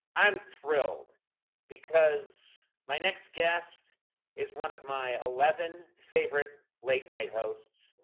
i'm thrilled because my next guest is one of my eleven favorite late-night hosts.